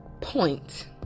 point